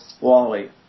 Wally